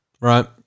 right